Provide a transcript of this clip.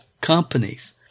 companies